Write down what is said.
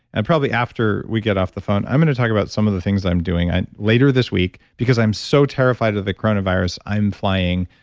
and probably after we get off the phone, i'm going to talk about some of the things i'm doing later this week because i'm so terrified of the coronavirus, i'm flying.